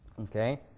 Okay